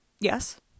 Yes